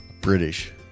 British